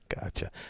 Gotcha